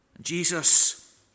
Jesus